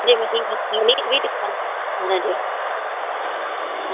அதேமாதிரி நீங்கள் வீட்டுக்கு வீட்டுக்கு வாங்கினீங்கள்லே முன்னாடியே ம்